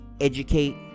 educate